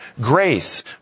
grace